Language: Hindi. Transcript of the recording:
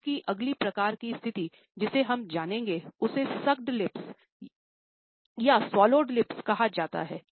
मुंह की अगली प्रकार की स्थिति जिसे हम जानेंगे उसे सुकेड लिप्स कहा जाता है